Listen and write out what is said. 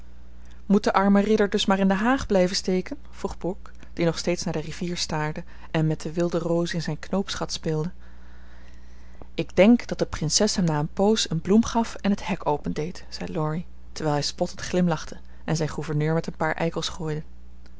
moet de arme ridder dus maar in de haag blijven steken vroeg brooke die nog steeds naar de rivier staafde en met de wilde roos in zijn knoopsgat speelde ik denk dat de prinses hem na een poos een bloem gaf en het hek opendeed zei laurie terwijl hij spottend glimlachte en zijn gouverneur met een paar eikels gooide